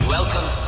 Welcome